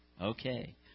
Okay